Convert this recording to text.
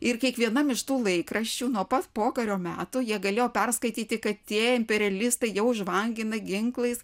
ir kiekvienam iš tų laikraščių nuo pat pokario metų jie galėjo perskaityti kad tie imperialistai jau žvangina ginklais